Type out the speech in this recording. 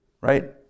right